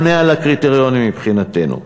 עונה על הקריטריונים מבחינתנו.